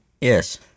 Yes